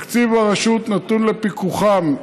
תקציב הרשות נתון לפיקוחם,